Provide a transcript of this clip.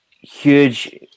huge